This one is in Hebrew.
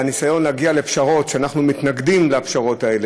והניסיון להגיע לפשרות: אנחנו מתנגדים לפשרות האלה,